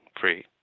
free